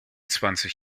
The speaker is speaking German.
zwanzig